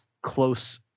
close